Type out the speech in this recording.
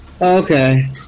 Okay